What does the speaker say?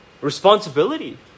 responsibility